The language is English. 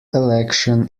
election